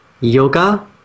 Yoga